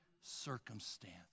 circumstance